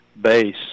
base